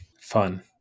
Fun